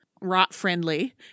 rot-friendly